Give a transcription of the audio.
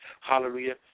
hallelujah